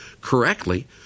correctly